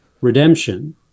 redemption